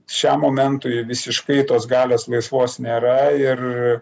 šiam momentui visiškai tos galios laisvos nėra ir